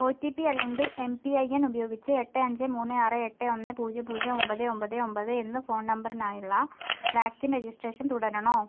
O T P അല്ലെങ്കിൽ M P I N ഉപയോഗിച്ച് എട്ട് അഞ്ച് മൂന്ന് ആറ് എട്ട് ഒന്ന് പൂജ്യം പൂജ്യം ഒമ്പത് ഒമ്പത് എന്ന ഫോൺ നമ്പറിനായുള്ള വാക്സിൻ രജിസ്ട്രേഷൻ തുടരണോ